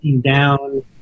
down